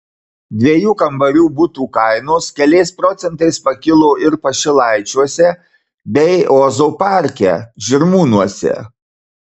dviejų kambarių butų kainos keliais procentais pakilo ir pašilaičiuose bei ozo parke žirmūnuose